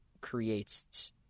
creates